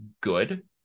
good